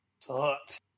sucked